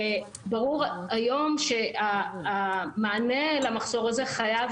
וברור היום שהמענה למחזור הזה חייב